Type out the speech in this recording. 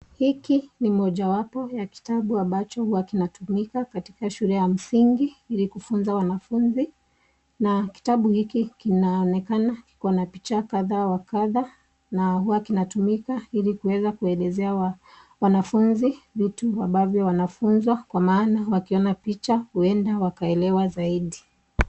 Hiki ni mojawapo ya kitabu ambacho huwa kinatumika katika shule ya msingi ili kufunza wanafunzi, na kitabu hiki kinaonekana kiko na picha kadha wa kadha, na huwa kinatumika ili kuweza kuelezea wanafunzi vitu ambavyo wanafunzwa kwa maana wanaona picha huenda wakaelewa zaidi.